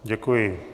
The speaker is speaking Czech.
Děkuji.